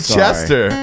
Chester